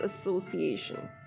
Association